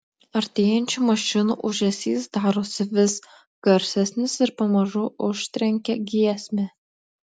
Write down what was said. artėjančių mašinų ūžesys darosi vis garsesnis ir pamažu užtrenkia giesmę